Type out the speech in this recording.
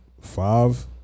five